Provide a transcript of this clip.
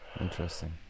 interesting